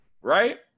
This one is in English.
right